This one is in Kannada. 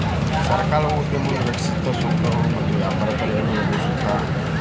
ಸರ್ಕಾರಗಳು ಉದ್ಯಮವನ್ನ ರಕ್ಷಿಸಕ ಸುಂಕಗಳು ಮತ್ತ ವ್ಯಾಪಾರ ತಡೆಗಳನ್ನ ವಿಧಿಸುತ್ತ